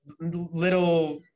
little